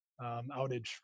outage